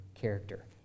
character